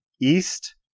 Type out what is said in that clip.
east